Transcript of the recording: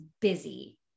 busy